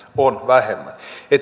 on vähemmän